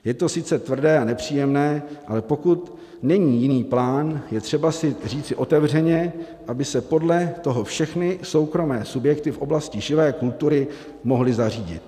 Je to sice tvrdé a nepříjemné, ale pokud není jiný plán, je třeba si to říci otevřeně, aby se podle toho všechny soukromé subjekty v oblasti živé kultury mohly zařídit.